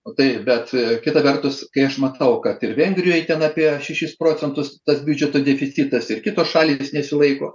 nu tai bet kita vertus kai aš matau kad ir vengrijoj ten apie šešis procentus tas biudžeto deficitas ir kitos šalys nesilaiko